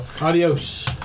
Adios